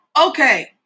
Okay